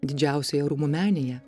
didžiausioje rūmų menėje